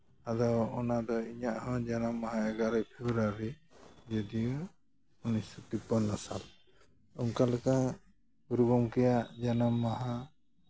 ᱟᱫᱚ ᱚᱱᱟᱫᱚ ᱤᱧᱟᱹᱜ ᱦᱚᱸ ᱡᱟᱱᱟᱢ ᱢᱟᱦᱟ ᱮᱜᱟᱨᱳᱭ ᱯᱷᱮᱵᱽᱨᱩᱣᱟᱨᱤ ᱡᱩᱫᱤᱭᱳ ᱩᱱᱤᱥᱥᱚ ᱛᱤᱯᱟᱱᱱᱚ ᱥᱟᱞ ᱚᱱᱠᱟ ᱞᱮᱠᱟ ᱜᱩᱨᱩ ᱜᱚᱢᱠᱮᱭᱟᱜ ᱡᱟᱱᱟᱢ ᱢᱟᱦᱟ